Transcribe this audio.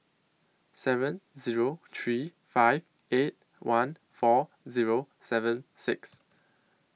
seven Zero three five eight one four Zero seven six